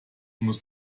muss